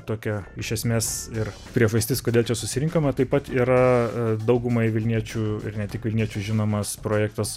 tokia iš esmės ir priežastis kodėl čia susirinkome taip pat yra daugumai vilniečių ir ne tik vilniečių žinomas projektas